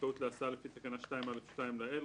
זכאות להסעה לפי תקנה 2(א)(2) לעיל,